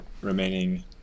remaining